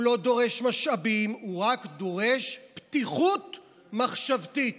לא דורש משאבים, הוא רק דורש פתיחות מחשבתית